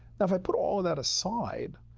now if i put all of that aside,